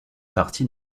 partis